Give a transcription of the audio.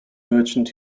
merchant